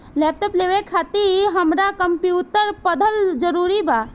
Laptop लेवे खातिर हमरा कम्प्युटर पढ़ल जरूरी बा?